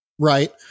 right